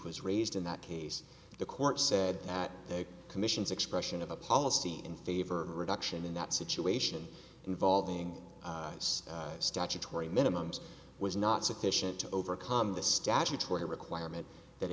was raised in that case the court said that the commission's expression of a policy in favor reduction in that situation involving statutory minimum was not sufficient to overcome the statutory requirement that